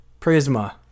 Prisma